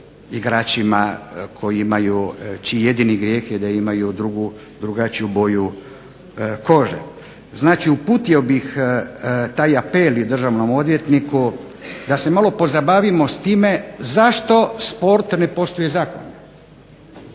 igračima koji imaju, čiji jedini grijeh je da imaju drugačiju boju kože. Znači uputio bih taj apel i državnom odvjetniku da se malo pozabavimo s time zašto sport ne poštuje zakone,